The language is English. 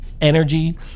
energy